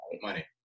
money